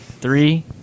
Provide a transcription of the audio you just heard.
Three